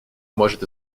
может